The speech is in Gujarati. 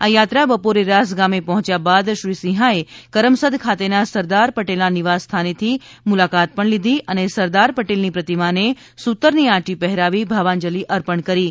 આ યાત્રા બપોરે રાસ ગામે પહોંચ્યા બાદ શ્રી સિંહાએ કરમસદ ખાતેના સરદાર પટેલના નિવાસસ્થાતનની મુલાકાત લીધી હતી અને સરદાર પટેલની પ્રતિમાને સૂતરની આંટી પહેરાવી ભાવાંજલિ અર્પણ કરી હતી